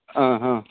ആ ആ